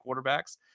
quarterbacks